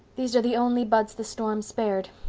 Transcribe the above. these are the only buds the storm spared.